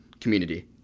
community